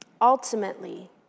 Ultimately